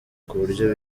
kuburyo